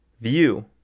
view